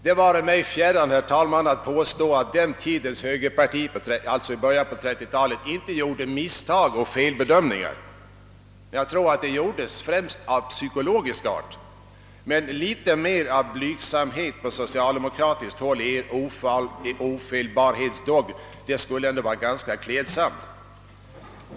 Det vare mig fjärran, herr talman, att påstå att den tidens högerparti, alltså i början på 1930-talet, inte begick misstag eller gjorde felbedömningar. Men jag tror att de misstagen främst var av psykologisk art. Och litet mer blygsamhet på socialdemokratiskt håll i er ofel barhetsdogm skulle vara ganska klädsamt.